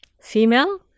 female